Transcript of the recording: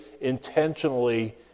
intentionally